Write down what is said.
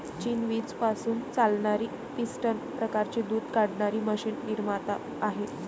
चीन वीज पासून चालणारी पिस्टन प्रकारची दूध काढणारी मशीन निर्माता आहे